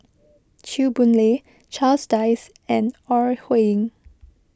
Chew Boon Lay Charles Dyce and Ore Huiying